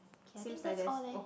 okay I think that's all eh